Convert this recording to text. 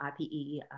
IPE